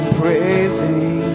praising